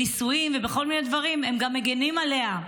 בניסויים ובכל מיני דברים גם מגינים עליה.